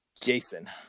Jason